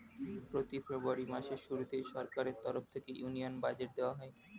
প্রতি ফেব্রুয়ারি মাসের শুরুতে সরকারের তরফ থেকে ইউনিয়ন বাজেট দেওয়া হয়